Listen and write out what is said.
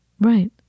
Right